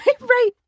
Right